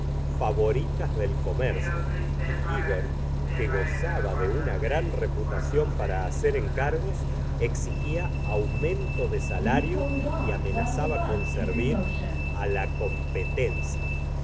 voritas del comercio é hivert que gozaba de una gra n reputación para hacer encargos exigfa aumento de salario y amenazaba con servir á la competencia un